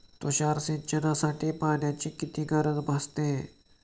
तुषार सिंचनासाठी पाण्याची किती गरज भासते?